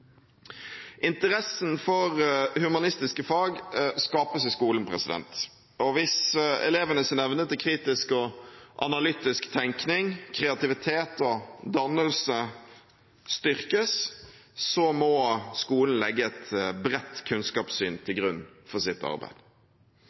Interessen for humanistiske fag skapes i skolen, og hvis elevenes evne til kritisk og analytisk tenkning, kreativitet og dannelse styrkes, må skolen legge et bredt kunnskapssyn til